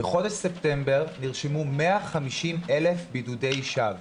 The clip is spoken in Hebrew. בחודש ספטמבר נרשמו 150,000 בידודי שווא